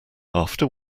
after